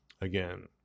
again